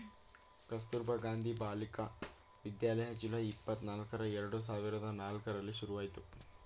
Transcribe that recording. ಕಸ್ತೂರಬಾ ಗಾಂಧಿ ಬಾಲಿಕ ವಿದ್ಯಾಲಯ ಜುಲೈ, ಇಪ್ಪತನಲ್ಕ್ರ ಎರಡು ಸಾವಿರದ ನಾಲ್ಕರಲ್ಲಿ ಶುರುವಾಯ್ತು